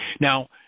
Now